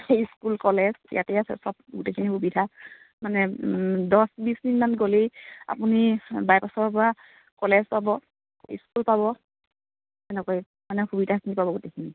school college ইয়াতেই আছে চব গোটেইখিনি সুবিধা মানে দহ বিছ মিনিটমান গ'লেই আপুনি বাইপাছৰপৰা কলেজ পাব স্কুল পাব এনেকৈ মানে সুবিধাখিনি পাব গোটেইখিনি